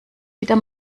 wieder